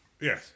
Yes